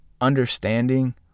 understanding